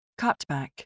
Cutback